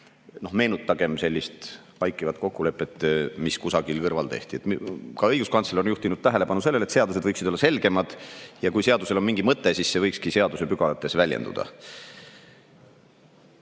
veel meenutage sellist vaikivat kokkulepet, mis kusagil kõrval tehti. Ka õiguskantsler on juhtinud tähelepanu sellele, et seadused võiksid olla selgemad ja kui seadusel on mingi mõte, siis see võikski seadusepügalates väljenduda.